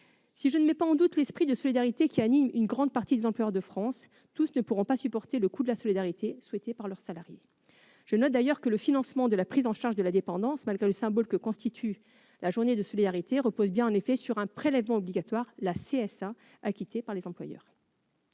Si je ne mets pas en doute l'esprit de solidarité qui anime une grande partie des employeurs de France, tous ne pourront pas supporter le coût de la solidarité souhaitée par leurs salariés. Je note d'ailleurs que le financement de la prise en charge de la dépendance, malgré le symbole que constitue la journée de solidarité, repose bien en réalité sur un prélèvement obligatoire, la CSA, acquitté par les employeurs.